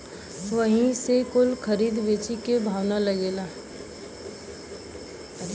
वही से कुल खरीद बेची के भाव लागेला